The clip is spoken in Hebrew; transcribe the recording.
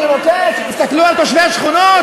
אני רוצה שתסתכלו על תושבי השכונות,